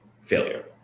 failure